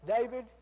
David